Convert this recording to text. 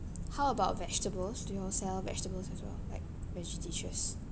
how about vegetables do you all sell vegetables as well like veggie dishes